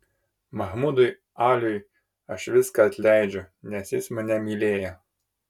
mahmudui aliui aš viską atleidžiu nes jis mane mylėjo